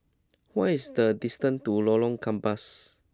what is the distance to Lorong Gambas